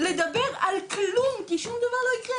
לדבר על כלום כי שום דבר לא יקרה,